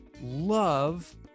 love